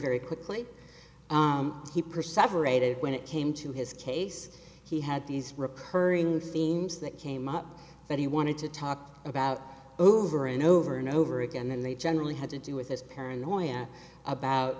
very quickly he perceptor a bit when it came to his case he had these recurring themes that came up that he wanted to talk about over and over and over again and they generally had to do with his paranoia about